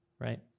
right